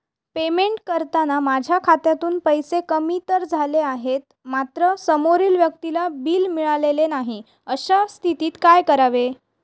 Payment करताना माझ्या खात्यातून पैसे कमी तर झाले आहेत मात्र समोरील व्यक्तीला बिल मिळालेले नाही, अशा स्थितीत काय करावे?